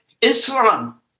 Islam